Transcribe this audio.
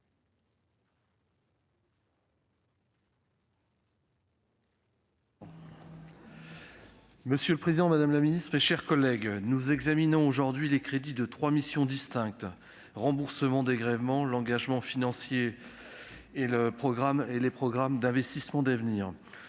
Monsieur le président, madame la ministre, mes chers collègues, nous examinons aujourd'hui les crédits de trois missions distinctes :« Remboursements et dégrèvements »,« Engagements financiers de l'État » et « Investissements d'avenir